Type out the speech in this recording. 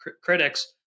critics